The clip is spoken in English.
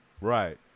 Right